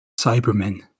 Cybermen